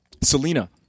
Selena